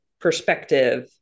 perspective